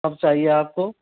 कब चाहिए आपको